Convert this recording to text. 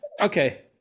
Okay